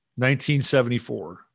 1974